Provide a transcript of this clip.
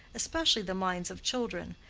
especially the minds of children,